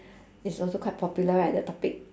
it's also quite popular right that topic